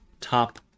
top